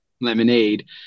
lemonade